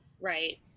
Right